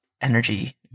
energy